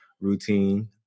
routine